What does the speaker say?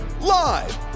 live